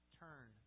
turn